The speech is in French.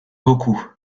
beaucoup